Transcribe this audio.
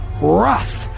rough